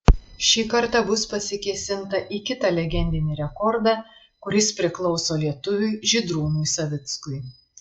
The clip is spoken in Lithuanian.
šį kartą bus pasikėsinta į kitą legendinį rekordą kuris priklauso lietuviui žydrūnui savickui